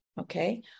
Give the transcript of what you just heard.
okay